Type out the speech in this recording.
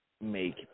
make